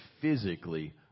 physically